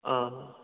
ꯑꯥ